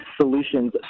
solutions